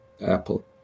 Apple